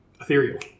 ethereal